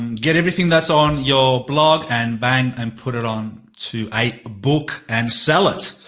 get everything, that's on your blog and bang and put it on to a book and sell it.